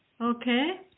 Okay